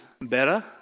better